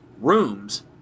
rooms